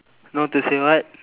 not to say what